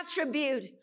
attribute